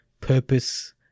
purpose